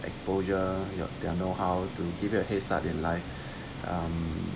exposure ya their know how to give it a head start in life um